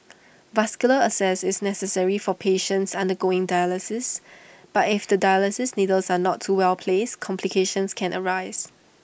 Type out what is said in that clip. vascular access is necessary for patients undergoing dialysis but if the dialysis needles are not well placed complications can arise